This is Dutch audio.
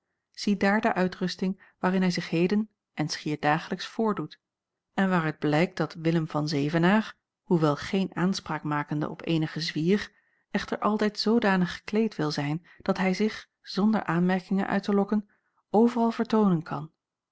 ziedaar de uitrusting waarin hij zich heden en schier dagelijks voordoet en waaruit blijkt dat willem van zevenaer hoewel geen aanspraak makende op eenigen zwier echter altijd zoodanig gekleed wil zijn dat hij zich zonder aanmerkingen uit te lokken overal vertoonen kan